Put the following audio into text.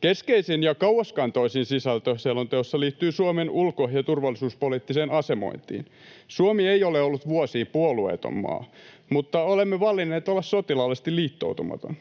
Keskeisin ja kauaskantoisin sisältö selonteossa liittyy Suomen ulko- ja turvallisuuspoliittiseen asemointiin. Suomi ei ole ollut vuosiin puolueeton maa, mutta olemme valinneet olla sotilaallisesti liittoutumaton.